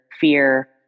fear